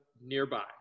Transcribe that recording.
nearby